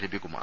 Ravikumar